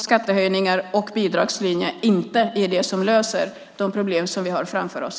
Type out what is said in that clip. Skattehöjningar och bidragslinje löser inte de problem vi har framför oss.